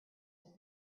have